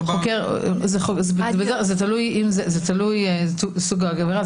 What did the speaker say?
זה תלוי בסוג העבירה,